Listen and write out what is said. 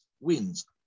wins